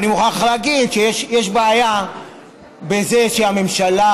אני מוכרח להגיד שיש בעיה בזה שהממשלה